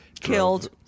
killed